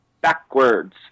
Backwards